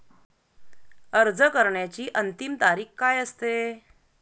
अर्ज करण्याची अंतिम तारीख काय असते?